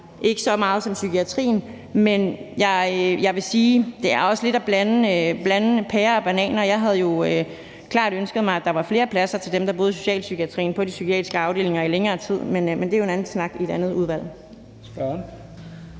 ikke så meget som i psykiatrien, men jeg vil sige, at det også er lidt at blande pærer og bananer. Jeg havde jo klart ønsket mig, at der var flere pladser til dem, der hører under socialpsykiatrien, som bor på de psykiatriske afdelinger i længere tid; men det er jo en anden snak i et andet udvalg.